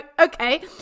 Okay